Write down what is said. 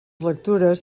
lectures